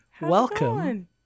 Welcome